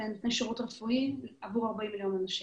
נותני שירות רפואי עבור 40 מיליון אנשים.